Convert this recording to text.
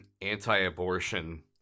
anti-abortion